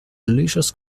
delicious